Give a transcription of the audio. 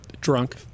drunk